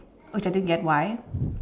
which I didn't get why